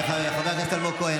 חבר הכנסת עופר כסיף,